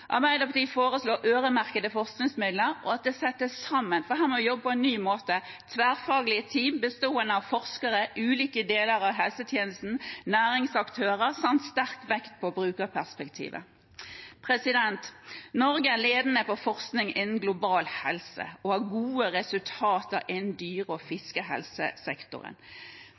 Arbeiderpartiet foreslår øremerkede forskningsmidler, og at det settes sammen tverrfaglige team – for her må vi jobbe på en ny måte –bestående av forskere, ulike deler av helsetjenesten og næringsaktører, med sterk vekt på brukerperspektivet. Norge er ledende på forskning innen global helse og har gode resultater innen dyre- og fiskehelsesektoren.